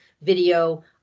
video